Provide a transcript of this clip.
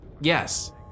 Yes